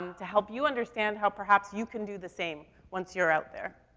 um to help you understand how, perhaps, you can do the same once you're out there.